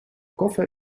koffer